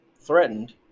threatened